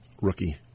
Rookie